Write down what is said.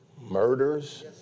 murders